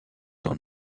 dans